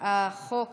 החוק